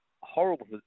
horrible